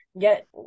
Get